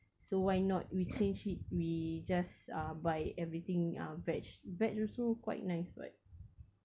so why not we change it we just uh buy everything uh veg veg also quite nice [what]